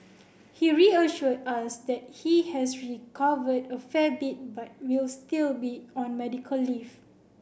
he reassured us that he has recovered a fair bit but will still be on medical leave